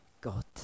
god